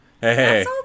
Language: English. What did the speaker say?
hey